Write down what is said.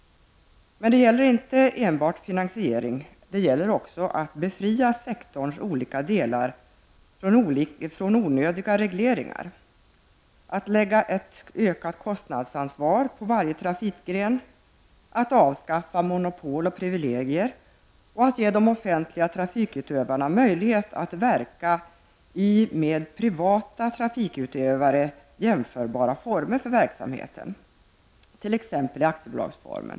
Men det gäller inte enbart finansiering, utan det gäller också att befria sektorns olika delar från onödiga regleringar, att lägga ett ökat kostnadsansvar på varje trafikgren, att avskaffa monopol och privilegier samt att ge de offentliga trafikutövarna möjlighet att verka i med privata utövare jämförbara former för verksamheten, t.ex. i aktiebolagsform.